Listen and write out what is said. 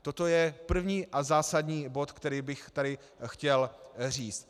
Toto je první a zásadní bod, který bych tady chtěl říct.